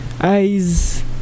eyes